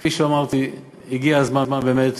כפי שאמרתי, הגיע הזמן באמת